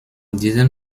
diesem